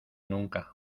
nunca